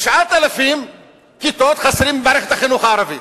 9,000 כיתות לימוד חסרות במערכת החינוך הערבית.